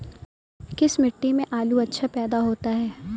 किस मिट्टी में आलू अच्छा पैदा होता है?